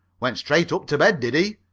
went straight up to bed, did he?